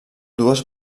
dues